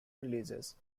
releases